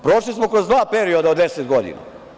Prošli smo kroz dva perioda od 10 godina.